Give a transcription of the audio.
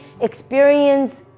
experience